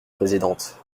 présidente